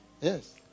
Yes